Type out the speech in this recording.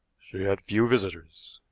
she had few visitors.